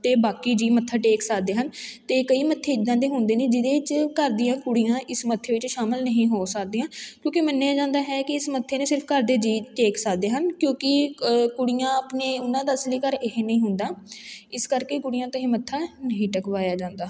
ਅਤੇ ਬਾਕੀ ਜੀਅ ਮੱਥਾ ਟੇਕ ਸਕਦੇ ਹਨ ਅਤੇ ਕਈ ਮੱਥੇ ਇੱਦਾਂ ਦੇ ਹੁੰਦੇ ਨੇ ਜਿਹਦੇ 'ਚ ਘਰ ਦੀਆਂ ਕੁੜੀਆਂ ਇਸ ਮੱਥੇ ਵਿੱਚ ਸ਼ਾਮਿਲ ਨਹੀਂ ਹੋ ਸਕਦੀਆਂ ਕਿਉਂਕਿ ਮੰਨਿਆ ਜਾਂਦਾ ਹੈ ਕਿ ਇਸ ਮੱਥੇ ਨੂੰ ਸਿਰਫ ਘਰ ਦੇ ਜੀਅ ਟੇਕ ਸਕਦੇ ਹਨ ਕਿਉਂਕਿ ਕੁੜੀਆਂ ਆਪਣੇ ਉਹਨਾਂ ਦਾ ਅਸਲੀ ਘਰ ਇਹ ਨਹੀਂ ਹੁੰਦਾ ਇਸ ਕਰਕੇ ਕੁੜੀਆਂ ਤੋਂ ਇਹ ਮੱਥਾਂ ਨਹੀਂ ਟੇਕਵਾਇਆ ਜਾਂਦਾ